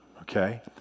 Okay